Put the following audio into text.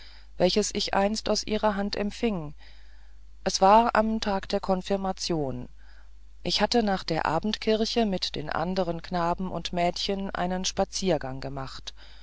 welches ich einst aus ihrer hand empfing es war am tag der konfirmation ich hatte nach der abendkirche mit den andern knaben und mädchen einen spaziergang gemacht